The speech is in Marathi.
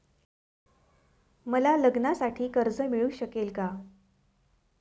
मला लग्नासाठी कर्ज मिळू शकेल का?